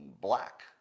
black